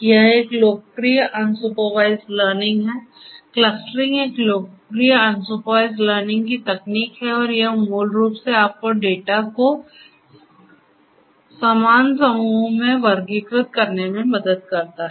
यह एक लोकप्रिय अनसुपरवाइज्ड लर्निंग है क्लस्टरिंग एक लोकप्रिय अनसुपरवाइज्ड लर्निंग की तकनीक है और यह मूल रूप से आपको डेटा को समान समूहों में वर्गीकृत करने में मदद करता है